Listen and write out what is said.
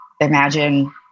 imagine